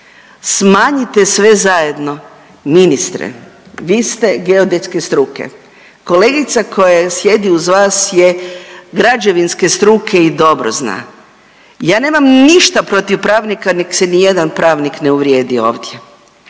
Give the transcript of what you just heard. smanjite sve zajedno. Ministre, vi ste geodetske struke, kolegica koja sjedi uz vas je građevinske struke i dobro zna. Ja nemam ništa protiv pravnika, nek se nijedan pravnik ne uvrijedi ovdje,